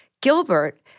Gilbert